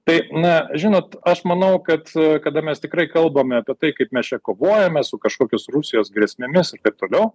tai na žinot aš manau kad kada mes tikrai kalbame apie tai kaip mes čia kovojame su kažkokiomis rusijos grėsmėmis ir taip toliau